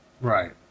Right